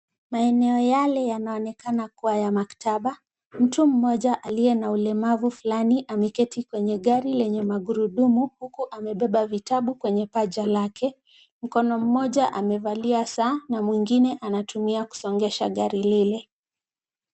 Maeneo yale yaonekana kuwa ya maktaba. Mtu moja aliye na ulemavu fulani, ameketi kwenye gari lenye magurudumu, huku amebeba vitabu kwenye paja lake. Mkono moja amevalia saa, na mwengine anatumia kusongesha gari lile.